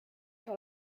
sur